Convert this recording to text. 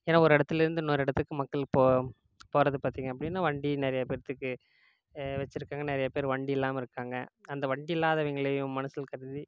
ஏன்னால் ஒரு இடத்துலேருந்து இன்னொரு இடத்துக்கு மக்கள் போ போகிறது பார்த்தீங்க அப்படின்னா வண்டி நிறைய பேற்றுக்கு வச்சுருக்காங்க நிறைய பேர் வண்டி இல்லாமல் இருக்காங்க அந்த வண்டி இல்லாதவைங்களையும் மனதில் கருதி